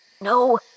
no